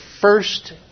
first